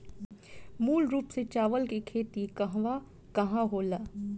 मूल रूप से चावल के खेती कहवा कहा होला?